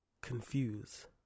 confuse